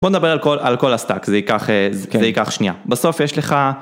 בוא נדבר על כל הסטאק זה ייקח שנייה בסוף יש לך.